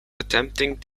attempting